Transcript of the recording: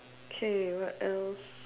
okay what else